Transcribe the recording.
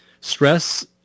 stress